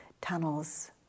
tunnels